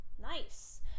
nice